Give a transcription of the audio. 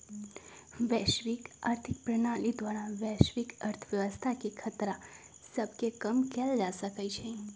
वैश्विक आर्थिक प्रणाली द्वारा वैश्विक अर्थव्यवस्था के खतरा सभके कम कएल जा सकइ छइ